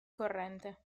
corrente